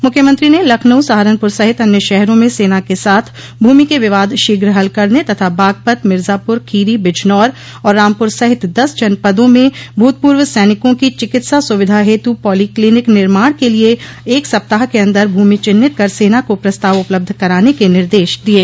मुख्यमंत्री ने लखनऊ सहारनपुर सहित अन्य शहरों में सेना के साथ भूमि के विवाद शीघ्र हल करने तथा बागपत मिर्जापुर खीरी बिजनौर और रामपुर सहित दस जनपदों में भूतपूर्व सैनिकों की चिकित्सा सुविधा हेतु पॉली क्लीनिक निर्माण क लिए एक सप्ताह के अंदर भूमि चिन्हित कर सेना को प्रस्ताव उपलब्ध कराने के निदेश दिये